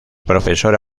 profesora